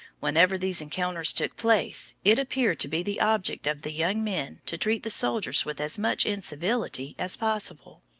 whenever these encounters took place, it appeared to be the object of the young men to treat the soldiers with as much incivility as possible.